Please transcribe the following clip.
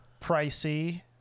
pricey